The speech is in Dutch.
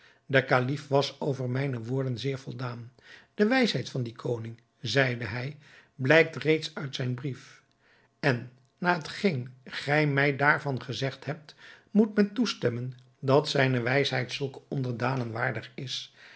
de kalif was over mijne woorden zeer voldaan de wijsheid van dien koning zeide hij blijkt reeds uit zijn brief en na hetgeen gij mij daarvan gezegd hebt moet men toestemmen dat zijne wijsheid zulke onderdanen waardig is